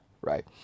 right